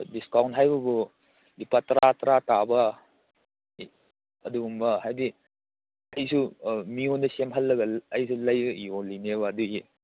ꯑꯗꯨ ꯗꯤꯁꯀꯥꯎꯟ ꯍꯥꯏꯕꯕꯨ ꯂꯨꯄꯥ ꯇꯔꯥ ꯇꯔꯥ ꯇꯥꯕ ꯑꯗꯨꯒꯨꯝꯕ ꯍꯥꯏꯕꯗꯤ ꯑꯩꯁꯨ ꯑꯥ ꯃꯤꯉꯣꯟꯗ ꯁꯦꯝꯍꯜꯂꯒ ꯑꯩꯁꯨ ꯂꯩꯕꯒꯤ ꯌꯣꯜꯂꯤꯅꯦꯕ ꯑꯗꯨꯒꯤ